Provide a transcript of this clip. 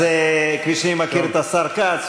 אז כפי שאני מכיר את השר כץ,